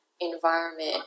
environment